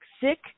sick